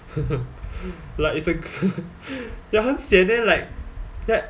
like it's a ya sian then like like